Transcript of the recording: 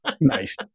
Nice